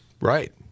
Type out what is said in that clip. Right